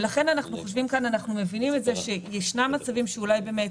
ולכן אנחנו מבינים את זה שישנם מצבים שאולי באמת